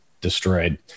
destroyed